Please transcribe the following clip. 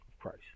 Christ